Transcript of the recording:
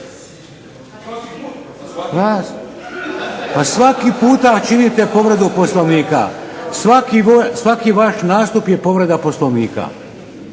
pa svaki puta činite povredu Poslovnika, svaki vaš nastup je povreda Poslovnika